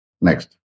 Next